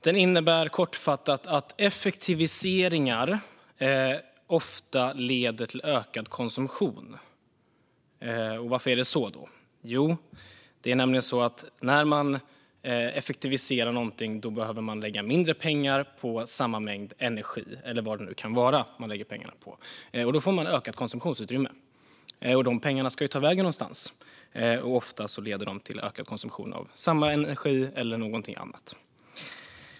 Den innebär kortfattat att effektiviseringar ofta leder till ökad konsumtion. Varför är det så? Jo, när man effektiviserar någonting behöver man lägga mindre pengar på samma mängd energi eller vad det nu kan vara som man lägger pengarna på. Då får man ett ökat konsumtionsutrymme, och de pengarna ska ta vägen någonstans. Oftast leder de till ökad konsumtion av samma energi eller någonting annat.